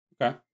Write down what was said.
Okay